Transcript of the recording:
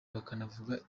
bakanavuga